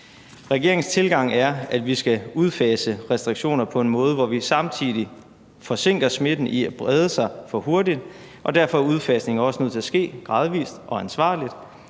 Regeringens tilgang er, at vi skal udfase restriktioner på en måde, hvor vi samtidig forhindrer smitten i at brede sig for hurtigt, og derfor er udfasningen også nødt til at ske gradvis og ansvarligt.